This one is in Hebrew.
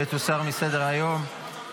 ותוסר מסדר-היום.